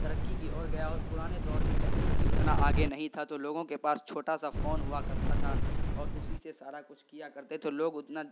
ترقی کی اور گیا اور پرانے دور میں ٹیکنالوجی اتنا آگے نہیں تھا تو لوگوں کے پاس چھوٹا سا فون ہوا کرتا تھا اور اسی سے سارا کچھ کیا کرتے تھے لوگ اتنا